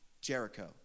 Jericho